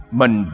mình